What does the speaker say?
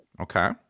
Okay